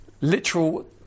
Literal